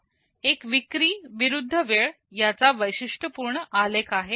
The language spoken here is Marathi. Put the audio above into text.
हा एक विक्री विरुद्ध वेळ याचा वैशिष्ट पूर्ण आलेख आहे